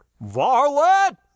Varlet